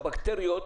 הבקטריות,